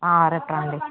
రేపు రండి